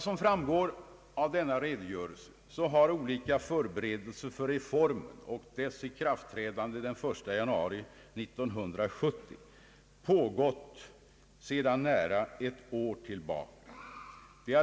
Som framgår av denna redogörelse, har olika förberedelser för reformen och dess ikraftträdande den 1 januari 1970 pågått sedan nära ett år tillbaka.